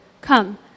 Come